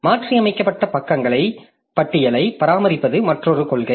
மாற்றியமைக்கப்பட்ட பக்கங்களின் பட்டியலைப் பராமரிப்பது மற்றொரு கொள்கை